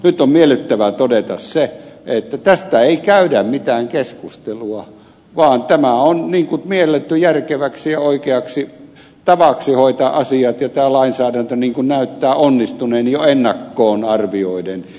nyt on miellyttävää todeta se että tästä ei käydä mitään keskustelua vaan tämä on mielletty järkeväksi ja oikeaksi tavaksi hoitaa asiat ja tämä lainsäädäntö näyttää onnistuneen jo ennakkoon arvioiden ihan hyvin